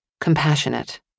compassionate